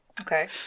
Okay